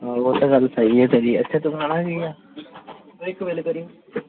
ਉਹ ਤੇ ਗੱਲ ਸਹੀ ਹ ਤੇਰੀ ਇਸੇ ਤੋਂ ਖਾਣਾ ਕੀ ਆ